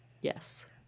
Yes